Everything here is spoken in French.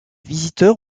visiteurs